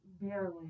Barely